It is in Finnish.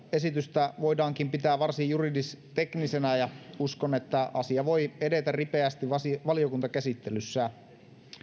esitystä voidaankin pitää varsin juridisteknisenä ja uskon että asia voi edetä ripeästi valiokuntakäsittelyssä